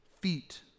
feet